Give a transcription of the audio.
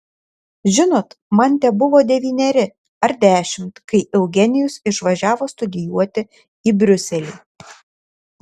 žinot man tebuvo devyneri ar dešimt kai eugenijus išvažiavo studijuoti į briuselį